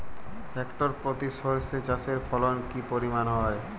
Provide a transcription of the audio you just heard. Hectare প্রতি সর্ষে চাষের ফলন কি পরিমাণ হয়?